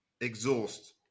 exhaust